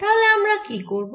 তাহলে আমরা কি করব